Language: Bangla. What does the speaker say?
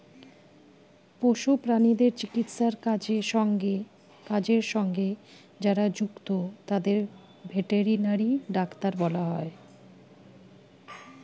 পশু প্রাণীদের চিকিৎসার কাজের সঙ্গে যারা যুক্ত তাদের ভেটেরিনারি ডাক্তার বলা হয়